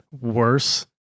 worse